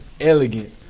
elegant